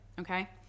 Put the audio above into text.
okay